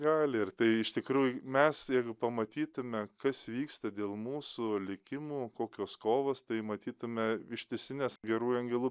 gali ir tai iš tikrųjų mes jeigu pamatytume kas vyksta dėl mūsų likimų kokios kovos tai matytume ištisines gerųjų angelų